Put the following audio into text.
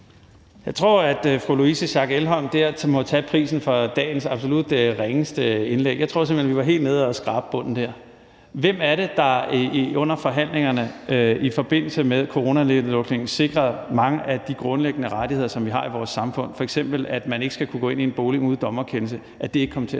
tror, fru Louise Schack Elholm der må tage prisen for dagens absolut ringeste indlæg. Jeg tror simpelt hen, vi var helt nede og skrabe bunden der. Hvem er det, der under forhandlingerne i forbindelse med coronanedlukningen sikrede mange af de grundlæggende rettigheder, som vi har i vores samfund, f.eks. at man ikke skal kunne gå ind i en bolig uden dommerkendelse? Hvem var det,